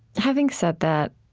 having said that,